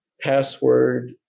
password